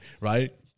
right